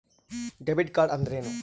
Debit card ಅಂದ್ರೇನು?